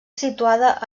situada